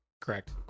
correct